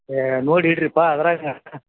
ಹೇ ನೋಡಿ ಇಡ್ರಿ ಪಾ ಅದ್ರಾಗ